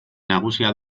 nagusia